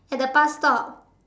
at the bus stop